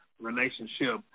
relationship